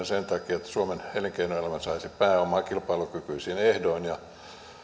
sen takia että suomen elinkeinoelämä saisi pääomaa kilpailukykyisin ehdoin ja